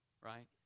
right